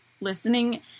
Listening